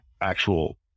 actual